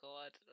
God